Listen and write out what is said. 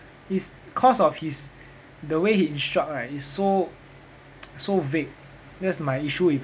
it's cause of his the way he instruct right is so so vague that's my issue with